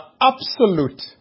absolute